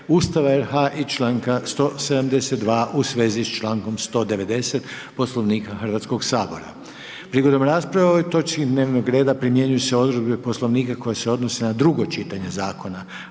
Ustava RH, čl. 172 u vezi s čl. 190 Poslovnika RH-a. Prigodom rasprave o ovoj točki dnevnog reda primjenjuju se odredbe Poslovnika koji se odnose na drugo čitanje zakona.